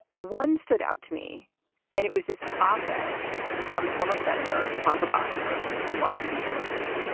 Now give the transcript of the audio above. one stood out to me and it was this op ed from the former senator, barbara boxer, in the washington post.